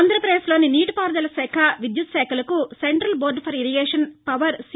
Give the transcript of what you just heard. ఆంధ్రప్రదేశ్లోని నీటిపారుదల శాఖ విద్యుత్శాఖలకు central board for irrigation power C